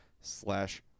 slash